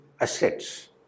assets